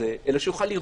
אלא שיוכל לראות אותו.